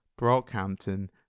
brockhampton